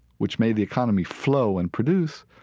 which made the economy flow and produce,